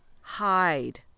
hide